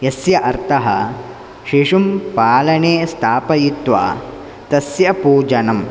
यस्य अर्थः शिशुं पालने स्थापयित्वा तस्य पूजनं